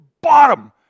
bottom